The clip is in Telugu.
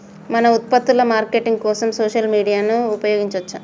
మన ఉత్పత్తుల మార్కెటింగ్ కోసం సోషల్ మీడియాను ఉపయోగించవచ్చా?